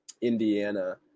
Indiana